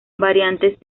variantes